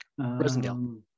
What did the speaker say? Rosendale